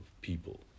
people